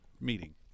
meeting